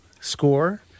score